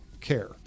care